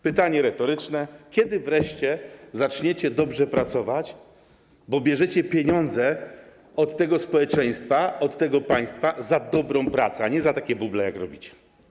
Pytanie retoryczne: Kiedy wreszcie zaczniecie dobrze pracować, bo bierzecie pieniądze od tego społeczeństwa, od tego państwa za dobrą pracę, a nie za takie buble, jak robicie?